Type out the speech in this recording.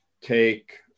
take